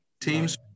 teams